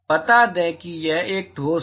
बता दें कि यह एक ठोस है